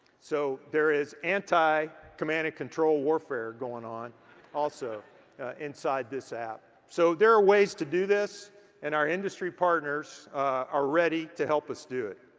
so there is anti-command and control warfare going on also inside this app. so there are ways to do this and our industry partners are ready to help us do it.